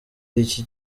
iki